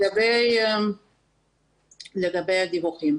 לגבי הדיווחים,